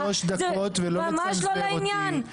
יש לי שלוש דקות, ולא לצנזר אותי.